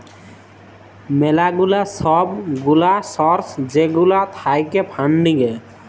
ম্যালা গুলা সব গুলা সর্স যেগুলা থাক্যে ফান্ডিং এ